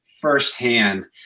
firsthand